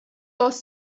boss